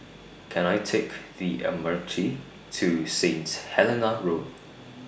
Can I Take The M R T to Saint Helena Road